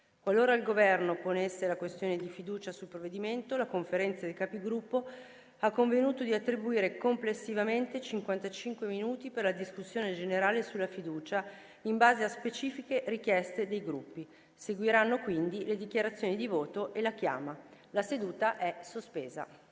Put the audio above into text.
Qualora il Governo ponesse la questione di fiducia sul provvedimento, la Conferenza dei Capigruppo ha convenuto di attribuire complessivamente 55 minuti per la discussione sulla fiducia in base a specifiche richieste dei Gruppi. Seguiranno quindi le dichiarazioni di voto e la chiama. Sospendo la seduta.